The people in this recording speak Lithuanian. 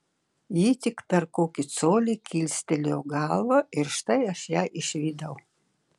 ji tik per kokį colį kilstelėjo galvą ir štai aš ją išvydau